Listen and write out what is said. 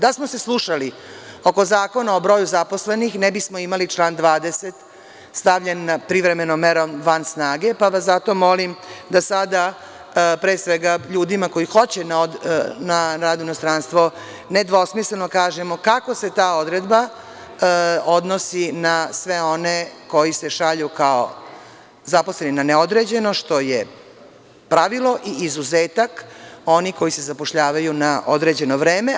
Da smo se slušali oko zakona o broju zaposlenih ne bismo imali član 20 stavljen privremenom merom van snage, pa vas zato molim da sada pre svega ljudima koji hoće na rad u inostranstvo nedvosmisleno kažemo kako se ta odredba odnosi na sve one koji se šalju kao zaposleni na neodređeno, što je pravilo i izuzetak oni koji se zapošljavaju na određeno vreme.